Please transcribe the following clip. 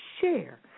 share